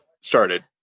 started